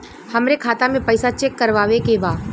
हमरे खाता मे पैसा चेक करवावे के बा?